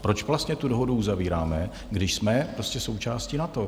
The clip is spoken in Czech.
Proč vlastně tu dohodu uzavíráme, když jsme součástí NATO?